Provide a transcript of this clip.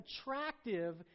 attractive